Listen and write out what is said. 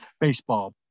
Baseball